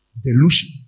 Delusion